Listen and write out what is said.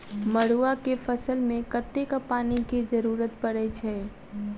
मड़ुआ केँ फसल मे कतेक पानि केँ जरूरत परै छैय?